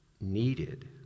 needed